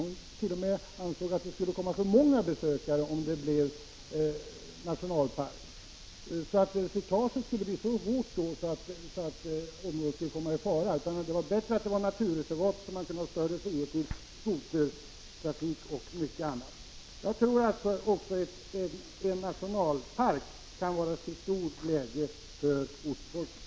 Hon t.o.m. ansåg att det skulle komma för många besökare om området blev nationalpark, att slitaget då skulle bli så hårt att området skulle komma i fara och att det var bättre att området var naturreservat, så att man kunde ha större frihet till skotertrafik och mycket annat. Jag tror också att en nationalpark kan vara till stor glädje för ortsbefolkningen.